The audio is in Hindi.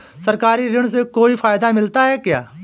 सरकारी ऋण से कोई फायदा मिलता है क्या?